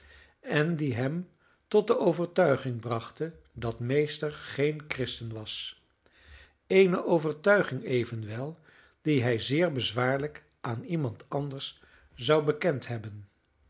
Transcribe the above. en die hem tot de overtuiging brachten dat meester geen christen was eene overtuiging evenwel die hij zeer bezwaarlijk aan iemand anders zou bekend hebben